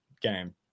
game